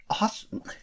awesome